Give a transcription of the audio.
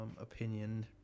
opinion